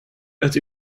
het